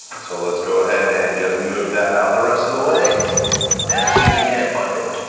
so let's go ahead and just move that out the rest of the way and see if we can find it.